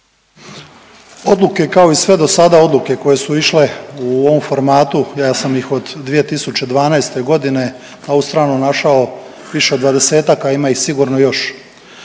Odluke kao i sve do sada odluke koje su išle u ovom formatu ja sam ih od 2012. godine na ovu stranu našao više od dvadesetak a ima ih sigurno još